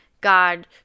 God